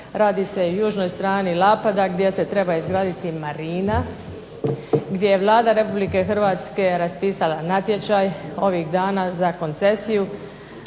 radi se i južnoj strani Lapada gdje se treba izgraditi marina, gdje je Vlada Republike Hrvatske raspisala natječaj ovih dana za koncesiju